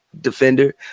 defender